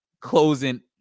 closing